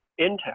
Intel